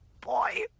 boy